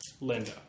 Linda